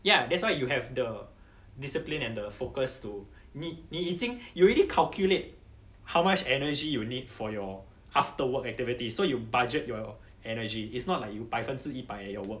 ya that's why you have the discipline and the focus to 你你已经 you already calculate how much energy you need for your after work activity so you budget your energy it's not like you 百分之一百 at your work